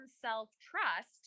self-trust